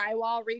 drywall